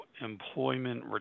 employment